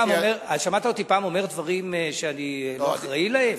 שמעת אותי פעם אומר דברים שאני לא אחראי להם?